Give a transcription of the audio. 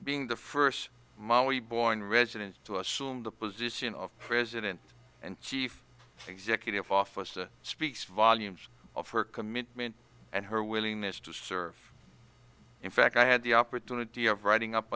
being the first molly born resident to assume the position of president and chief executive officer speaks volumes of her commitment and her willingness to serve in fact i had the opportunity of writing up